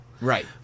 right